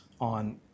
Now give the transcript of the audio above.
on